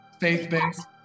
Faith-based